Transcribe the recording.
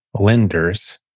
lenders